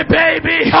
baby